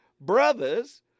brothers